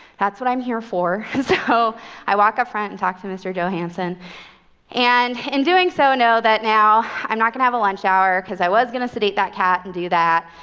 that's what i'm here for. so i walk up front and talk to mr. johanson and in doing so, know that now i'm not going to have a lunch hour, because i was going to sedate that cat and do that.